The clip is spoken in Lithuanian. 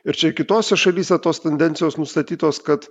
ir čia kitose šalyse tos tendencijos nustatytos kad